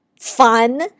fun